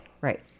Right